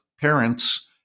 parents